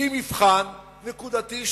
שהיא מבחן נקודתי,